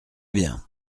bien